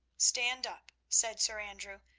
stand up, said sir andrew,